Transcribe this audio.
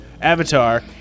Avatar